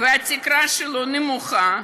והתקרה שלו נמוכה,